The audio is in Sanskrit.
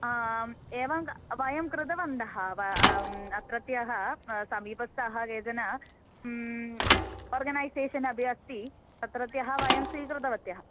आम् एवं वयं कृतवन्तः अत्रत्यः समीपस्ताः केचन ओर्गनैसेशन् अपि अस्ति तत्रत्यः वयं स्वीकृतवत्यः